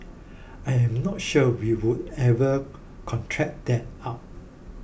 I am not sure we would ever contract that out